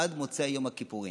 עד מוצאי יום הכיפורים.